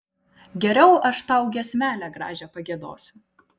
geriau aš tau giesmelę gražią pagiedosiu